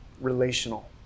relational